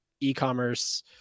e-commerce